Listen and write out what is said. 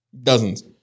dozens